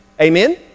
Amen